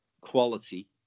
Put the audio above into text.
quality